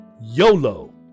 YOLO